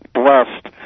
blessed